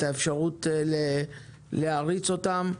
את האפשרות להריץ אותם,